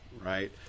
right